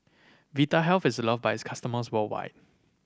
Vitahealth is love by its customers worldwide